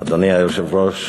אדוני היושב-ראש,